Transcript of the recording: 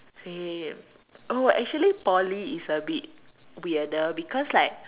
same oh actually Poly is a bit weirder because like